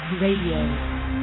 Radio